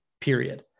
period